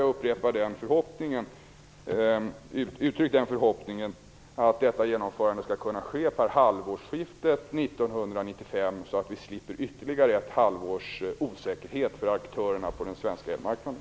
Jag upprepar min tidigare förhoppning om att detta genomförande skall kunna ske vid halvårsskiftet 1995, så att vi slipper ytterligare ett halvårs osäkerhet för aktörerna på den svenska elmarknaden.